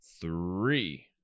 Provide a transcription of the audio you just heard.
three